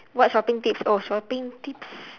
what shopping tips oh shopping tips